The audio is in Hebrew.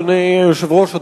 אדוני היושב-ראש,